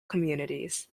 communities